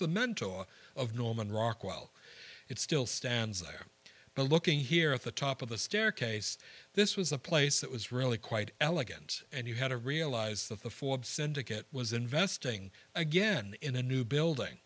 the mentor of norman rockwell it still stands there now looking here at the top of the staircase this was a place that was really quite elegant and you had to realize that the forbes syndicate was investing again in a new building